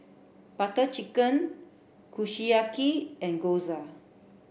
Butter Chicken Kushiyaki and Gyoza